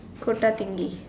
Kota-Tinggi